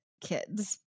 kids